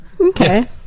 Okay